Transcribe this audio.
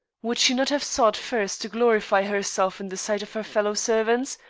would she not have sought first to glorify herself in the sight of her fellow-servants,